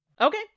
Okay